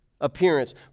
appearance